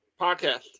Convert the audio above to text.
Podcast